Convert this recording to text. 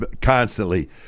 constantly